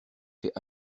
fait